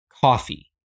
coffee